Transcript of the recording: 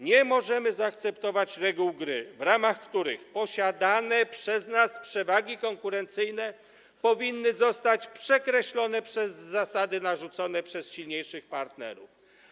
Nie możemy zaakceptować reguł gry, w ramach których posiadane przez nas przewagi konkurencyjne powinny zostać przekreślone przez zasady narzucone przez silniejszych partnerów.